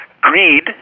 greed